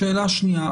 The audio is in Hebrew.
שאלה שנייה.